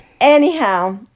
anyhow